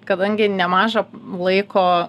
kadangi nemažą laiko